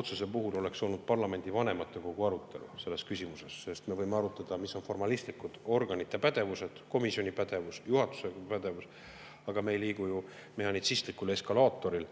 otsuse puhul, oleks olnud parlamendi vanematekogu arutelu selles küsimuses. Me võime arutada, mis on formalistlikud organite pädevused, komisjoni pädevus, juhatuse pädevus, aga me ei liigu ju mehhanitsistlikul eskalaatoril